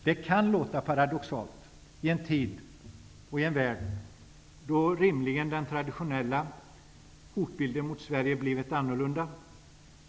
Det kan låta paradoxalt i en tid och en värld då den traditionella hotbilden mot Sverige rimligen blivit annorlunda.